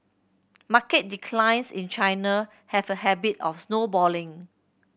market declines in China have a habit of snowballing